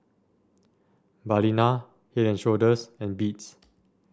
Balina Head And Shoulders and Beats